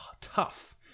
tough